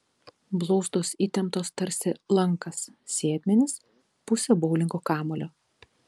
blauzdos įtemptos tarsi lankas sėdmenys pusė boulingo kamuolio